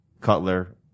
Cutler